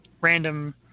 random